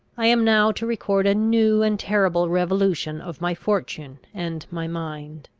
i am now to record a new and terrible revolution of my fortune and my mind.